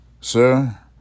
Sir